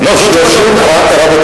חבר הכנסת בן-ארי, הוא נתן תשובה ברורה.